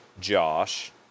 Josh